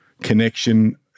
connection